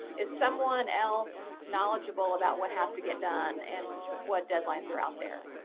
is someone else knowledgeable about what has to get done and what deadlines are out there.